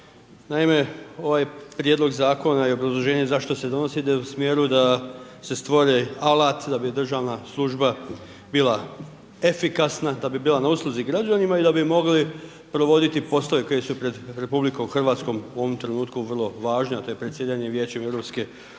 Naime, ovaj prijedlog zakona i obrazloženje zašto se donosi ide u smjeru da se stvori alat da bi državna služba bila efikasna, da bi bila na usluzi građanima i da bi mogli provoditi poslove koji su pred RH u ovom trenutku vrlo važni a to je predsjedanje Vijećem EU-a i naravno